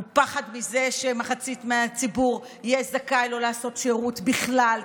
הוא פחד מזה שמחצית מהציבור יהיה זכאי לא לעשות שירות בכלל,